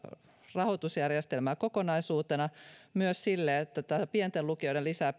rahoitusjärjestelmää kokonaisuutena myös tarpeen sille että pienten lukioiden lisää